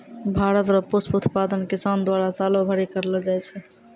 भारत रो पुष्प उत्पादन किसान द्वारा सालो भरी करलो जाय छै